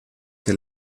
que